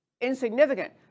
insignificant